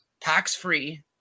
tax-free